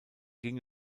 ging